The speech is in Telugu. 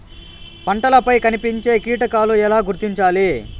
పంటలపై కనిపించే కీటకాలు ఎలా గుర్తించాలి?